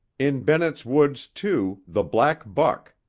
in bennett's woods, too, the black buck,